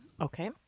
Okay